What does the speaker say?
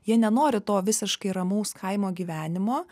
jie nenori to visiškai ramaus kaimo gyvenimo